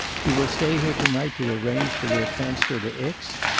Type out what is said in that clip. you will stay here to-night to arrange for their transfer to aix?